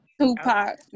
Tupac